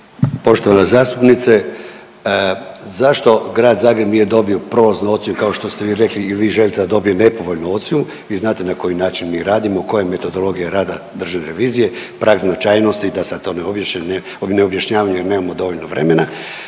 Poštovana zastupnice. Zašto grad Zagreb nije dobio prolaznu ocjenu kao što ste vi rekli ili vi želite da dobije nepovoljnu ocjenu, vi znate na koji način mi radimo, koja je metodologija rada Državne revizije, prag značajnosti i da sad to objašnjavam jer nemamo dovoljno vremena,